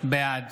בעד